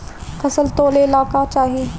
फसल तौले ला का चाही?